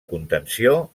contenció